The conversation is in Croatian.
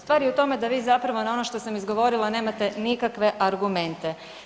Stvar je u tome da vi zapravo na ono što sam izgovorila nemate nikakve argumente.